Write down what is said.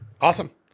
Awesome